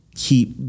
keep